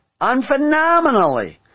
unphenomenally